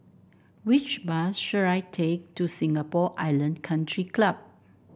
which bus should I take to Singapore Island Country Club